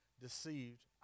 deceived